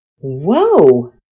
Whoa